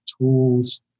tools